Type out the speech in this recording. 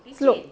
slope